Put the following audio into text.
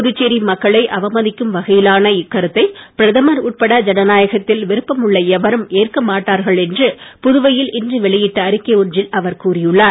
புதுச்சேரி மக்களை அவமதிக்கும் வகையிலான இக்கருத்தை பிரதமர் உட்பட ஜனநாயகத்தில் விருப்பம் உள்ள எவரும் ஏற்கமாட்டார்கள் என்று புதுவையில் இன்று வெளியிட்ட அறிக்கை ஒன்றில் அவர் கூறி உள்ளார்